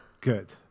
good